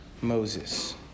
Moses